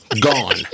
gone